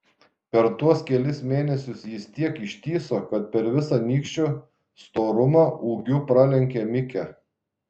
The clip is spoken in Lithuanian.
per tuos kelis mėnesius jis tiek ištįso kad per visą nykščio storumą ūgiu pralenkė mikę